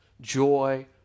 joy